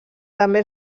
també